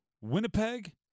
Winnipeg